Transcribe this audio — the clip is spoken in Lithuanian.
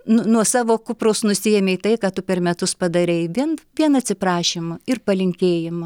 nu nuo savo kupros nusiėmei tai ką tu per metus padarei bent vieną atsiprašymą ir palinkėjimą